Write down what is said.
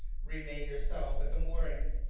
remain yourself at the moorings,